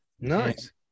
Nice